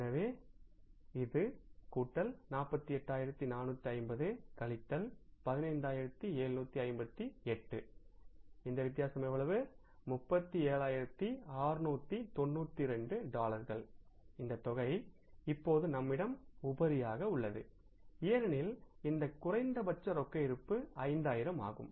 எனவே இது கூட்டல் 48450 கழித்தல் 15758 இந்த வித்தியாசம் எவ்வளவு37692 டாலர்கள் இந்த தொகை இப்போது நம்மிடம் உபரியாக உள்ளது ஏனெனில் இந்த குறைந்தபட்சரொக்கஇருப்பு 5000 ஆகும்